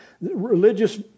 religious